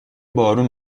بارون